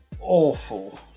awful